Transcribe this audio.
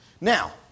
Now